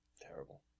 Terrible